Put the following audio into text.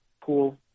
pool